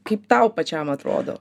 kaip tau pačiam atrodo